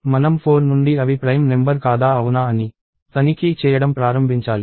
మనం 4 నుండి అవి ప్రైమ్ నెంబర్ కాదా అవునా అని తనిఖీ చేయడం ప్రారంభించాలి